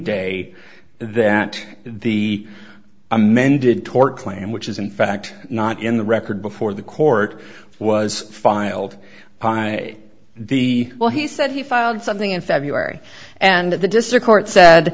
day that the amended tort claim which is in fact not in the record before the court was filed by the well he said he filed something in february and the district court said